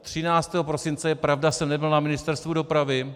13. prosince, pravda, jsem nebyl na Ministerstvu dopravy.